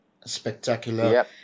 spectacular